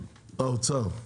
האוצר,